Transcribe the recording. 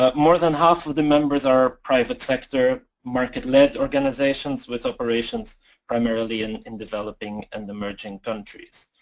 ah more than half of the members are private sector market led organizations with operations primarily and in developing and emerging countries.